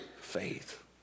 faith